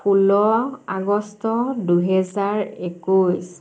ষোল্ল আগষ্ট দুহেজাৰ একৈছ